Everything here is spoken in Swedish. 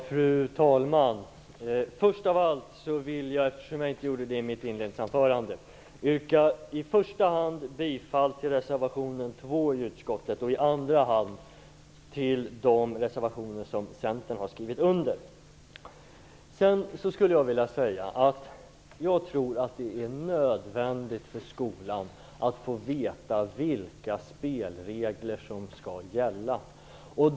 Fru talman! Först av allt vill jag eftersom jag inte gjorde det i mitt inledningsanförande i första hand yrka bifall till reservationen 2 och i andra hand yrka bifall till de reservationer som Centern har skrivit under. Jag tror att det är nödvändigt för skolan att få veta vilka spelregler som skall gälla.